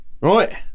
Right